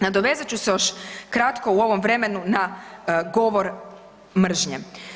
Nadovezat ću se još kratko u ovom vremenu na govor mržnje.